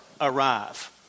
arrive